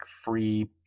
free